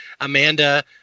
amanda